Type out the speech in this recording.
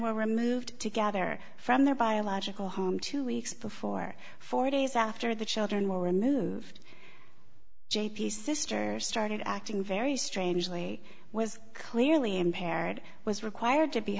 were removed together from their biological home two weeks before four days after the children were removed j p sr started acting very strangely was clearly impaired was required to be